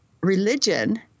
religion